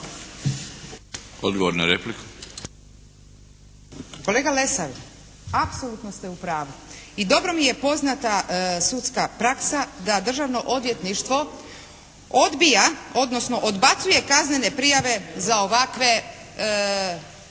Ingrid (SDP)** Kolega Lesar apsolutno ste u pravu. I dobro mi je poznata sudska praksa da Državno odvjetništvo odbija odnosno odbacuje kaznene prijave za ovakve,